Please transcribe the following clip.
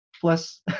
Plus